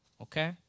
Okay